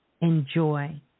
Enjoy